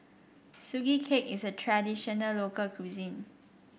Sugee Cake is a traditional local cuisine